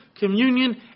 communion